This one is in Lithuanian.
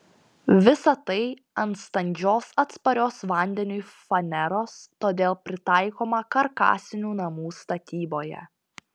visa tai ant standžios atsparios vandeniui faneros todėl pritaikoma karkasinių namų statyboje